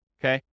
okay